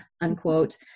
unquote